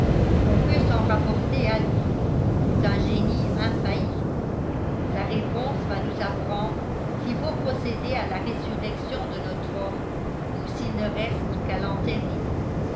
on peut s'en rapporter à lui c'est un génie infaillible sa réponse va nous apprendre s'il faut procéder à la résurrection de notre homme ou s'il ne reste qu'à l'enterrer